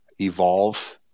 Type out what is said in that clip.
evolve